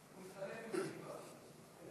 חברי חברי הכנסת, החוק